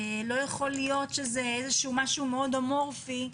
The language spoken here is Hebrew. לא ייתכן שזה משהו מאוד אמורפי,